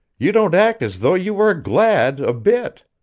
you don't act as though you were glad, a bit.